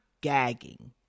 gagging